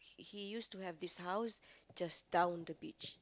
he he used to have this house just down the beach